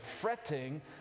fretting